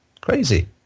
crazy